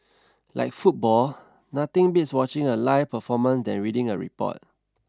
like football nothing beats watching a live performance than reading a report